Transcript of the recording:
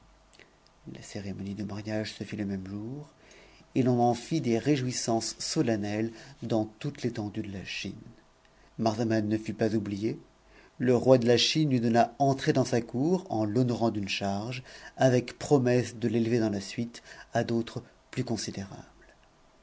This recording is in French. la cérémonie du mariage se fit le même jour et l'on en fit des réjouissances solennelles dans toute l'étendue de la chine marzavan ne fut pas oublié le roi de la chine lui donna entrée dans sa cour en t'honorant d'une charge avec promesse de l'élever dans la suite à d'autres plus considérables